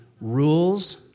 rules